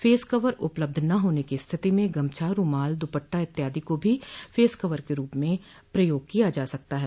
face cover उपलब्ध न होने की स्थिति में गमछा रूमाल दुपट्टा इत्यादि को भी फेस कवर के रूप में प्रयोग किया जा सकता है